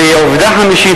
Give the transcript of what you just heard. ועובדה חמישית,